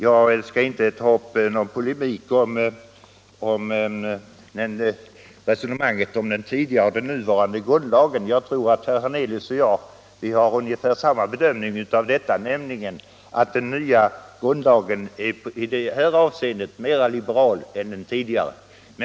Jag skall inte ta upp något resonemang om den tidigare och den nuvarande grundlagen. Jag tror att herr Hernelius och jag har ungefär samma bedömning, nämligen att den nya grundlagen i detta avseende är mera liberal än den tidigare.